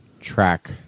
track